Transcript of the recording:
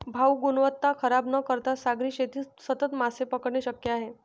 भाऊ, गुणवत्ता खराब न करता सागरी शेतीत सतत मासे पकडणे शक्य आहे